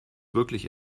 wirklich